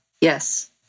Yes